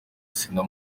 sina